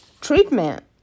treatment